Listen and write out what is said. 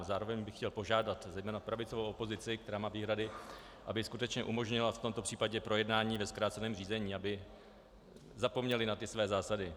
Zároveň bych chtěl požádat zejména pravicovou opozici, která má výhrady, aby skutečně umožnila v tomto případě projednání ve zkráceném řízení, aby zapomněli na ty své zásady.